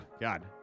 God